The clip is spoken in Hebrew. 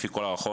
לפי כל ההערכות,